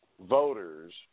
voters